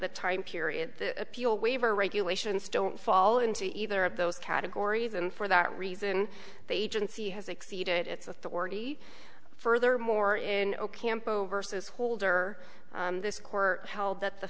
the time period the appeal waiver regulations don't fall into either of those categories and for that reason they agency has exceeded its authority furthermore in ocampo versus holder this court held that the